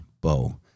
bow